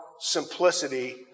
simplicity